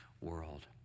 world